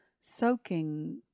soaking